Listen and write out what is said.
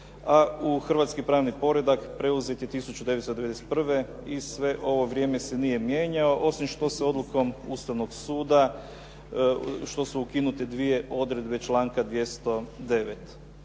a u hrvatski pravni poredak preuzet je 1991. a sve ovo vrijeme se nije mijenjao, osim što se odlukom Ustavnog suda, što su ukinute dvije odredbe članka 209.